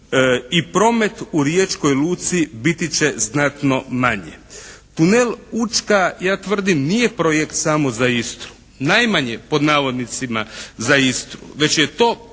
i promet u Riječkoj luci biti će znatno manje. Tunel Učka ja tvrdim nije projekt samo za Istru, najmanje "za Istru" već je to prvenstveno